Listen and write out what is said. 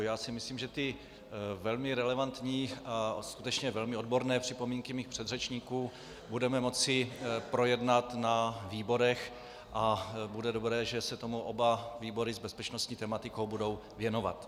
Já si myslím, že ty velmi relevantní a skutečně velmi odborné připomínky mých předřečníků budeme moci projednat na výborech a bude dobré, že se tomu oba výbory s bezpečnostní tematikou budou věnovat.